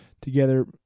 together